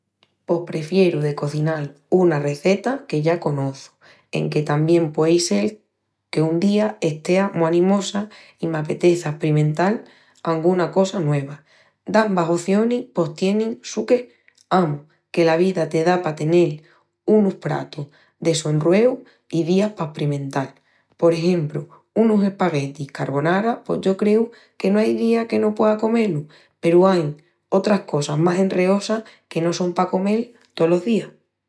Pos prefieru de cozinal una receta que ya conoçu, enque tamién puei sel que un día estea mu animosa i m'apeteça esprimental anguna cosa nueva. Dambas ocionis pos tienin su qué. Amus, que la vida te da pa tenel unus pratus de sonrueu i días pa esprimental. Por exempru, unus espaguetis carbonara pos yo creu que no ai día que no puea comé-lu peru ain otras cosas más enreosas que no son pa comel tolos días.